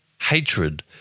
Hatred